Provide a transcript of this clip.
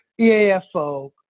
EAFO